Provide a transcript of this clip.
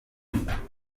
there